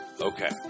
Okay